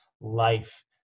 life